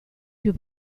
più